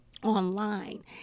online